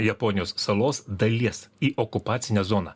japonijos salos dalies į okupacinę zoną